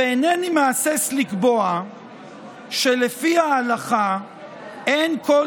ואינני מהסס לקבוע שלפי ההלכה אין כל